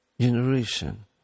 generation